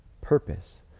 purpose